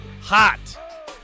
hot